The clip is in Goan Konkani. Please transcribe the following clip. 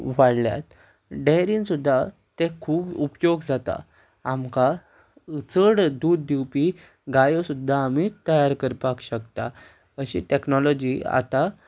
वाडल्यात डेयरीन सुद्दां खूब उपयोग जाता आमकां चड दूद दिवपी गायो सुद्दां आमी तयार करपाक शकता अशी टॅक्नोलोजी आतां